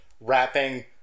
rapping